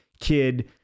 kid